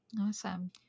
Awesome